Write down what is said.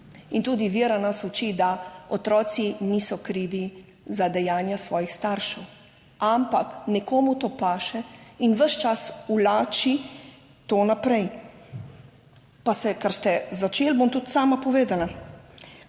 in tudi vera nas uči, da otroci niso krivi za dejanja svojih staršev, ampak nekomu to paše in ves čas vlači to naprej. Pa se kar ste začeli, bom tudi sama povedala,